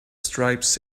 stripes